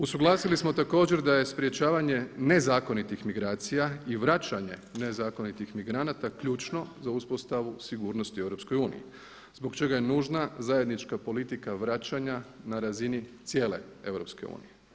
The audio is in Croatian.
Usuglasili smo također da je sprječavanje nezakonitih migracija i vraćanje nezakonitih migranata ključno za uspostavu sigurnosti u EU zbog čega je nužna zajednička politika vraćanja na razini cijele EU.